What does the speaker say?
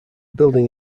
building